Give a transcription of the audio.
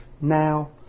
now